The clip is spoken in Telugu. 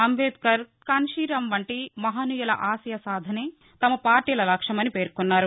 అంబేద్కర్ కాన్టీరాం వంటి మహానీయుల ఆశయ సాధనే తమ పార్టీల లక్ష్యమని పేర్కొన్నారు